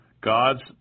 gods